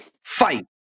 fight